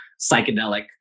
psychedelic